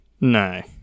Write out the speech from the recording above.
No